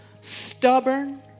stubborn